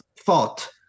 thought